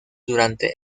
durante